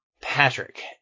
Patrick